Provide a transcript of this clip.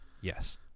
Yes